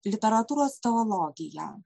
literatūros teologija